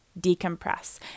decompress